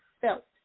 felt